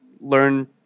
learn